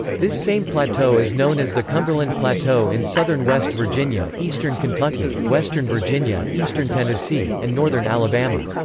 this same plateau is known as the cumberland plateau in southern west virginia, eastern kentucky, western virginia, eastern tennessee, and northern alabama.